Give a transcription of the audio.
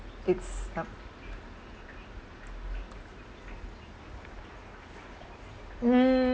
it's yup mm